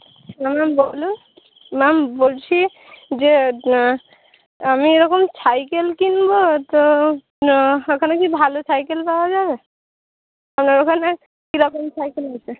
ma'am বলুন ma'am বলছি যে আমি এরকম সাইকেল কিনবো তো এখানে কি ভালো সাইকেল পাওয়া যাবে আপনার ওখানে কীরকম সাইকেল আছে